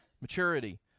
maturity